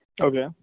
okay